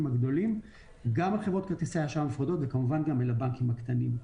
הגדולים גם לחברות כרטיסי האשראי הנפרדות וכמובן גם אל הבנקים הקטנים.